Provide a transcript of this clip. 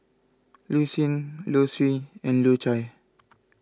Lucien Lucien and Low Chye